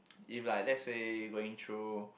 if like let's say going through